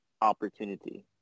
opportunity